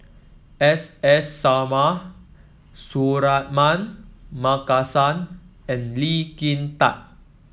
S S Sarma Suratman Markasan and Lee Kin Tat